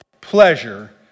pleasure